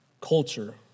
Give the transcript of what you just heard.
culture